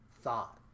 thought